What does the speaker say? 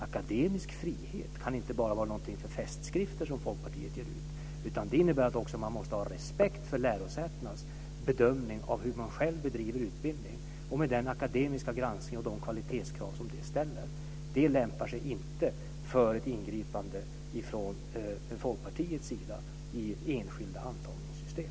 Akademisk frihet kan inte bara vara någonting för festskrifter som Folkpartiet ger ut, utan det innebär att man måste ha respekt för lärosätenas bedömning av hur de själva bedriver utbildning, med den akademiska granskning och med de kvalitetskrav som det ställer. Det lämpar sig inte för ett ingripande från Folkpartiets sida i enskilda antagningssystem.